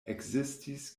ekzistis